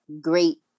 great